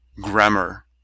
Grammar